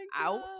out